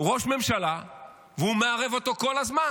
ראש ממשלה והוא מערב אותו כל הזמן?